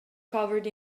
covered